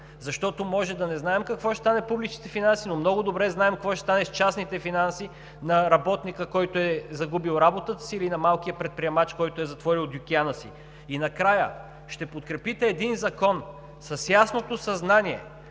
Защото може да не знаем какво ще стане с публичните финанси, но много добре знаем какво ще стане с частните финанси на работника, който е загубил работата си, или на малкия предприемач, който е затворил дюкяна си. И накрая: ще подкрепите един закон с ясното съзнание,